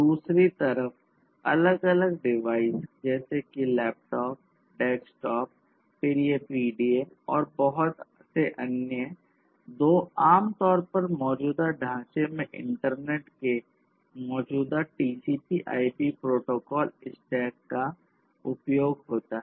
दूसरी तरफ अलग अलग डिवाइस जैसे कि लैपटॉप डेस्कटॉप फिर ये पीडीए और बहुत अन्य दो आम तौर पर मौजूदा ढांचे में इंटरनेट के मौजूदा टीसीपी आईपी प्रोटोकॉल स्टैक का उपयोग होता है